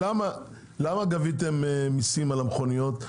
למה גביתם מסים על המכוניות?